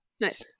Nice